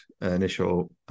initial